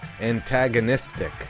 Antagonistic